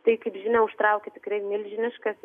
tai kaip žinia užtraukia tikrai milžiniškas